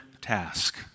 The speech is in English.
task